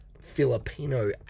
Filipino